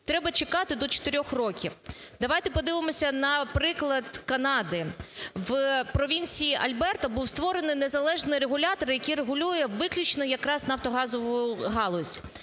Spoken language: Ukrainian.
треба чекати до чотирьох років. Давайте подивимося на приклад Канади. В провінції Альберта був створений незалежний регулятор, який регулює виключно якраз нафтогазову галузь.